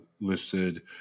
listed